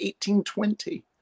1820